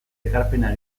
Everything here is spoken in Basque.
ekarpena